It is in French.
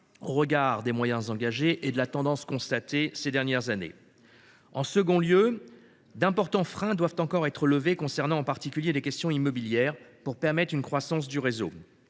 au regard des moyens engagés et de la tendance constatée ces dernières années. En second lieu, d’importants freins doivent encore être levés, concernant en particulier les questions immobilières, pour permettre une croissance du réseau.